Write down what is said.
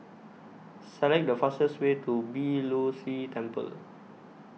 Select The fastest Way to Beeh Low See Temple